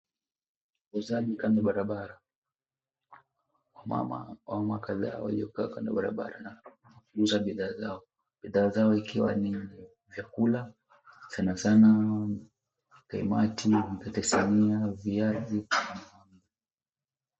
Uuzaji kando ya barabara, wamama kadhaa waliokaa kando ya barabara na kuuza bidhaa zao zikiwa ni chakula sana sana kaimati, mkate samia, viazi na mahamri.